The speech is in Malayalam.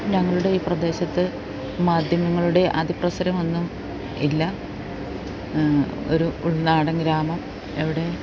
ഞങ്ങളുടെ ഈ പ്രദേശത്ത് മാധ്യമങ്ങളുടെ അതിപ്രസരം ഒന്നും ഇല്ല ഒരു ഉൾനാടൻ ഗ്രാമം ഇവിടെ